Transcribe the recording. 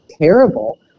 terrible